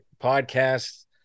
Podcasts